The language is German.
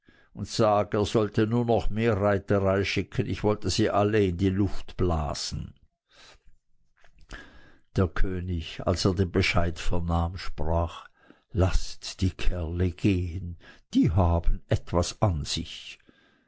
und sag er sollte nur noch mehr reiterei schicken ich wollte sie alle in die luft blasen der könig als er den bescheid vernahm sprach laßt die kerle gehen die haben etwas an sich